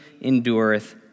endureth